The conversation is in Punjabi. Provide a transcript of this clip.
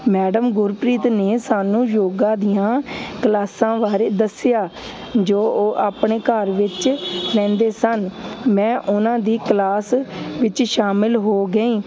ਮੈਡਮ ਗੁਰਪ੍ਰੀਤ ਨੇ ਸਾਨੂੰ ਯੋਗਾ ਦੀਆਂ ਕਲਾਸਾਂ ਬਾਰੇ ਦੱਸਿਆ ਜੋ ਉਹ ਆਪਣੇ ਘਰ ਵਿੱਚ ਲੈਂਦੇ ਸਨ ਮੈਂ ਉਹਨਾਂ ਦੀ ਕਲਾਸ ਵਿੱਚ ਸ਼ਾਮਲ ਹੋ ਗਈ